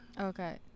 Okay